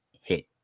hit